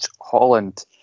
Holland